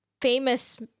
famous